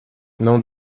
não